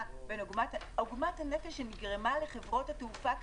עגמת הנפש שנגרמה לחברות התעופה-